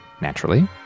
naturally